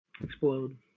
Explode